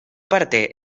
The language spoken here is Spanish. parte